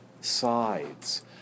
sides